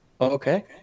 Okay